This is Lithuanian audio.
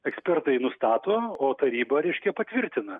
ekspertai nustato o taryba reiškia patvirtina